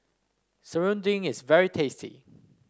serunding is very tasty